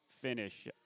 finish